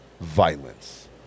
Violence